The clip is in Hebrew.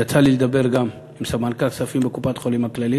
יצא לי לדבר גם עם סמנכ"ל כספים בקופת-חולים הכללית.